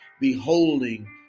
Beholding